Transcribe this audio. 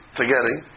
forgetting